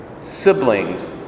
siblings